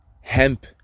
hemp